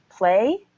Play